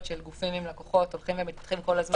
של גופים עם לקוחות הולכים ומתפתחים כל הזמן,